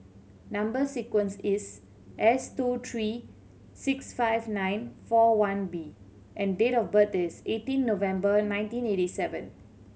number sequence is S two three six five nine four one B and date of birth is eighteen November nineteen eighty seven